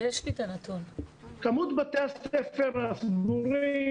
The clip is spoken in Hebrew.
כמות בתי הספר הסגורים